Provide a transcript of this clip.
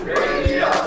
radio